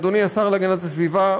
אדוני השר להגנת הסביבה,